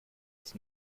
ist